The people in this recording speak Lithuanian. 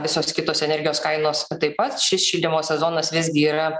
visos kitos energijos kainos taip pat šis šildymo sezonas visgi yra